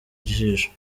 ijisho